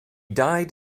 died